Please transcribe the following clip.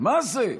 מה זה?